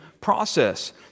process